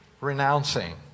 renouncing